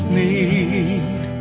need